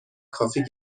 کافی